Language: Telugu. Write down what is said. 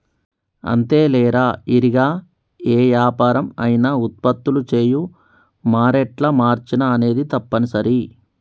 అంతేలేరా ఇరిగా ఏ యాపరం అయినా ఉత్పత్తులు చేయు మారేట్ల మార్చిన అనేది తప్పనిసరి